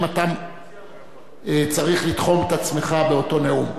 אתה צריך לתחום את עצמך באותו נאום.